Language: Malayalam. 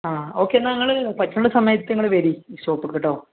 ആ ഓക്കെ എന്നാൽ നിങ്ങൾ പറ്റുന്ന സമയത്ത് നിങ്ങൾ വരൂ ഈ ഷോപ്പിൽ കേട്ടോ